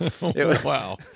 Wow